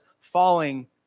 falling